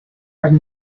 from